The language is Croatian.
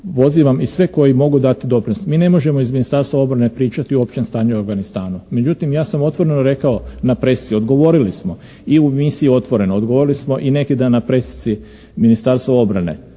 pozivam i sve koji mogu dati doprinos. Mi ne možemo iz Ministarstva obrane pričati o općem stanju u Afganistanu, međutim ja sam otvoreno rekao na presiju, odgovorili smo i u misiji otvoreno, odgovorili smo i neki dan na presici Ministarstva obrane.